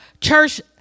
Church